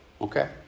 Okay